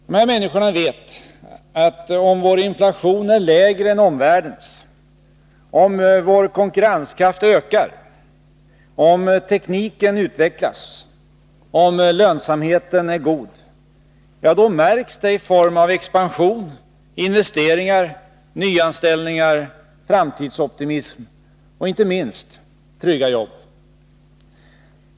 De här människorna vet att om vår inflation är lägre än omvärldens, om vår konkurrenskraft ökar, om tekniken utvecklas, om lönsamheten är god — då märks det i form av expansion, investeringar, nyanställningar, framtidsoptimism och, inte minst, trygga jobb.